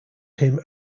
him